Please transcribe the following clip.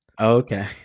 Okay